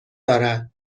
دارد